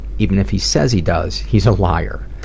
even if he says he does, he's a liar.